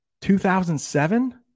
2007